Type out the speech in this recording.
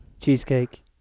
Cheesecake